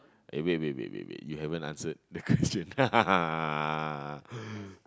eh wait wait wait wait you haven't answered the question